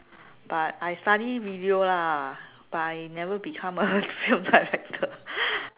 but I study video lah but I never become a film director